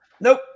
nope